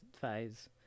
phase